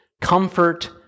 comfort